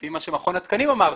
לפי מה שמכון התקנים אמר,